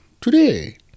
Today